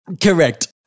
Correct